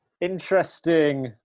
interesting